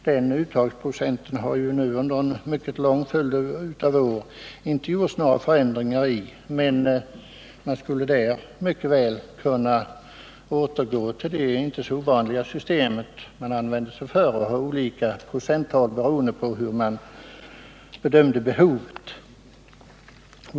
Denna uttagningsprocent har ju nu under en mycket lång följd av år inte förändrats, men man skulle mycket väl kunna återgå till det inte så ovanliga system man använde förr genom att ha olika procenttal beroende på hur man bedömde behovet.